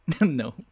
No